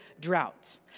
drought